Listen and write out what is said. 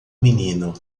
menino